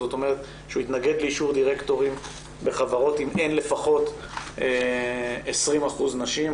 זאת אומרת שהוא יתנגד לאישור דירקטורים בחברות אם אין לפחות 20% נשים.